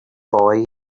boy